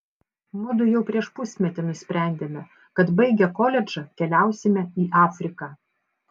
mudu jau prieš pusmetį nusprendėme kad baigę koledžą keliausime į afriką